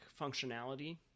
functionality